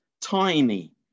tiny